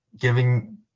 giving